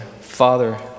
Father